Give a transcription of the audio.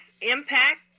impact